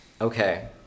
Okay